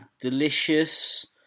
delicious